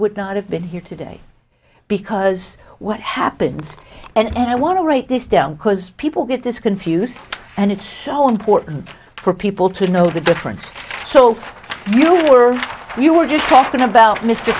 would not have been here today because what happens and i want to write this down because people get this confused and it's so important for people to know the difference so you were you were just talking about m